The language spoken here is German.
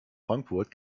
frankfurt